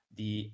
di